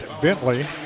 Bentley